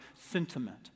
sentiment